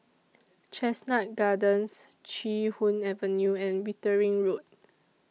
Chestnut Gardens Chee Hoon Avenue and Wittering Road